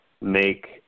make